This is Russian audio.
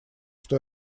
что